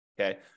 okay